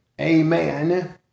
amen